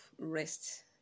rest